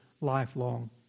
lifelong